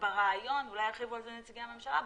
וברעיון כן, ואולי ירחיבו על זה נציגי הממשלה.